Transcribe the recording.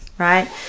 right